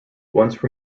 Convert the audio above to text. once